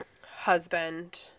husband